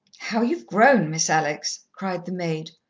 how you've grown, miss alex! cried the maid,